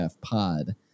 pod